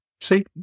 See